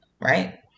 right